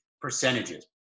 percentages